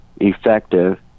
effective